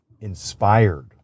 inspired